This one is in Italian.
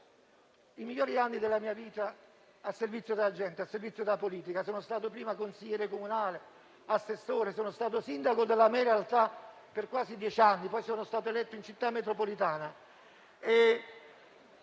i migliori anni della mia vita al servizio della gente e al servizio della politica. Sono stato consigliere comunale, assessore, sindaco della mia realtà per quasi dieci anni; poi sono stato eletto in Città metropolitana.